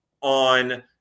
on